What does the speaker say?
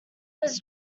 was